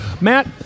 matt